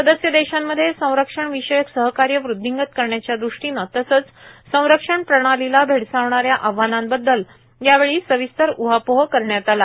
सदस्य देशांमध्ये संरक्षण विषयक सहकार्य वृद्धिंगत करण्याच्या दृष्टिन तसंच संरक्षण प्रणालीला भेडसावणाऱ्या आव्हानांबद्दल यावेळी सविस्तर उहापोह करण्यात आला